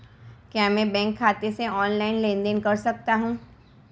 क्या मैं बैंक खाते से ऑनलाइन लेनदेन कर सकता हूं?